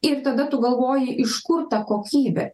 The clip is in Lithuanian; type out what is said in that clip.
ir tada tu galvoji iš kur ta kokybė